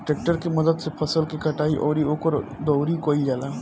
tractor के मदद से फसल के कटाई अउरी ओकर दउरी कईल जाला